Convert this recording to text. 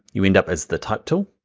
you end up as the type tool.